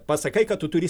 pasakai kad tu turi